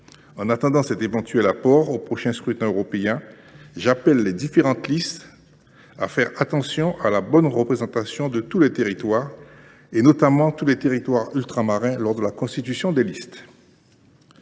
En attendant cet éventuel apport au prochain scrutin européen, j’appelle les différentes listes à veiller à la bonne représentation de tous les territoires, notamment de tous les territoires ultramarins, lors de la constitution des listes.